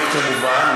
זכות עד גבול מסוים.